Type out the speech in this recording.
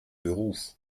beruf